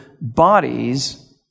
bodies